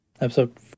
Episode